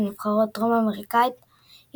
ונבחרות דרום אמריקאיות,